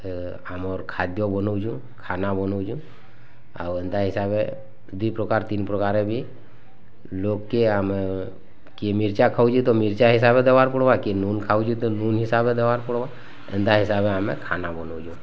ଆମର ଖାଦ୍ୟ ବନାସୁଁ ଖାନା ବନାସୁଁ ଆଉ ଏନ୍ତା ହିସାବେ ଦୁଇ ପ୍ରକାର୍ ତିନି ପ୍ରକାର୍ ବି ଲୋକ୍କେ ଆମେ କିଏ ମିର୍ଚା ଖାଉଛି ତ ମିର୍ଚା ହିସାବରେ ଦେବାର୍ ପଡ଼ିବ କିଏ ନୁନ୍ ଖାଉଛି ତ ନୁନ୍ ହିସାବରେ ଦେବାକୁ ପଡ଼ିବ ଏନ୍ତା ହିସାବରେ ଆମେ ଖାନା ବନାଉଛୁଁ